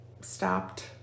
stopped